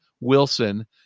Wilson